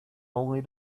only